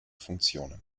funktionen